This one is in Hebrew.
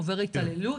עובר התעללות.